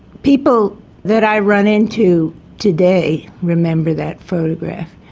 people that i run into today remember that photograph.